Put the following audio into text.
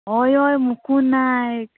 हय हय मुकूंद नायक